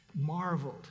marveled